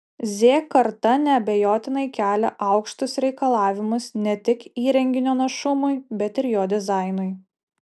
z karta neabejotinai kelia aukštus reikalavimus ne tik įrenginio našumui bet ir jo dizainui